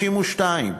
32,